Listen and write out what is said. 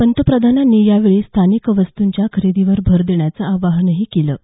पंतप्रधानांनी यावेळी स्थानिक वस्तूंच्या खरेदीवर भर देण्याचं आवाहनही केलं आहे